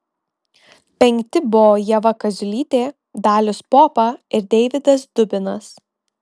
penkti buvo ieva kaziulytė dalius popa ir deividas dubinas